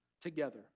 together